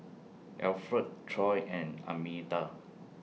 Alfred Troy and Armida